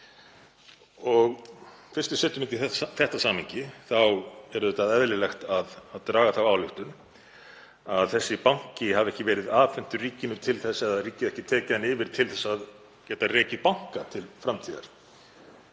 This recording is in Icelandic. Og fyrst við setjum þetta í þetta samhengi þá er auðvitað eðlilegt að draga þá ályktun að þessi banki hafi ekki verið afhentur ríkinu eða ríkið ekki tekið hann yfir til þess að geta rekið banka til framtíðar,